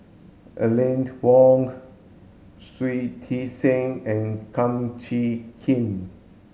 Aline Wong Shui Tit Sing and Kum Chee Kin